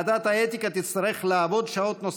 תודה רבה.